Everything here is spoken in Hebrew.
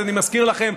אני מזכיר לכם,